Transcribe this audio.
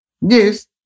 Yes